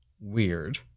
weird